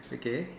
okay